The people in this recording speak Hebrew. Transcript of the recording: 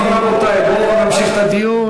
רבותי, נמשיך את הדיון.